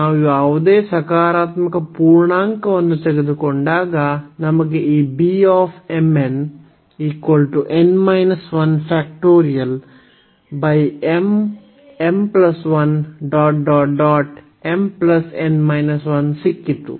ನಾವು ಯಾವುದೇ ಸಕಾರಾತ್ಮಕ ಪೂರ್ಣಾಂಕವನ್ನು ತೆಗೆದುಕೊಂಡಾಗ ನಮಗೆ ಈ ಸಿಕ್ಕಿತು